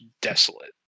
desolate